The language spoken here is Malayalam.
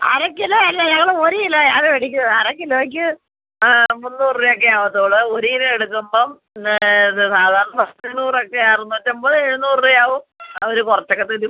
അര കിലോ അല്ല ഞങ്ങൾ ഒരു കിലോ ആണ് അത് മേടിക്കുന്നത് അര കിലോയ്ക്ക് മുന്നൂറ് രൂപ ഒക്കെ ആവുള്ളൂ ഒരു കിലോ എടുക്കുമ്പം ഒന്ന് ഇത് സാധാ പത്ത് ഇരുനൂറൊക്കെയാണ് എഴുനൂറ്റമ്പത് എഴുനൂറ് രൂപയാവും അവർ കുറച്ചൊക്കെ തരും